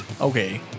Okay